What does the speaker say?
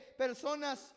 personas